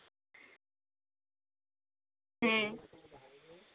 ᱦᱮᱸ